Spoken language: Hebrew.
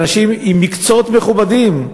ואנשים עם מקצועות מכובדים,